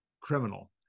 Criminal